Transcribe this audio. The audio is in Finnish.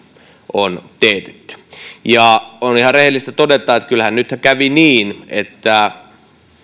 on teetetty on ihan rehellistä todeta että kyllähän nyt kävi niin että